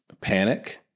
panic